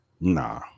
Nah